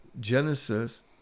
Genesis